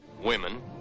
women